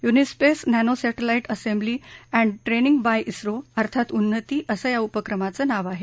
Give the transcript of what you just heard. UNISPACE nanosatellite assembly and training by उत्त्रो अर्थात उन्नती असं या उपक्रमाचं नाव आहे